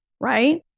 Right